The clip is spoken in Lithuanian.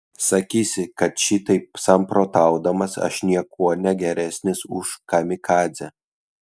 sakysi kad šitaip samprotaudamas aš niekuo negeresnis už kamikadzę